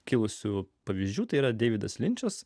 kilusių pavyzdžių tai yra deividas linčas